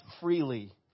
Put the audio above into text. freely